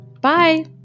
Bye